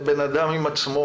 האדם עם עצמו,